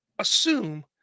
assume